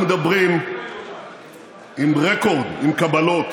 את מפריעה לראש מפלגתך.